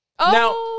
Now